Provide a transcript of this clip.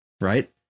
right